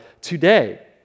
today